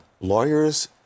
lawyers